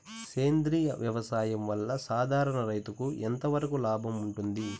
సేంద్రియ వ్యవసాయం వల్ల, సాధారణ రైతుకు ఎంతవరకు లాభంగా ఉంటుంది?